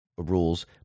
rules